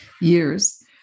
years